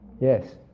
Yes